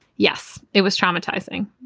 yes, it was traumatizing,